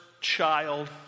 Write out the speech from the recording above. child